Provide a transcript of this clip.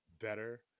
better